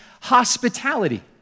hospitality